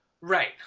Right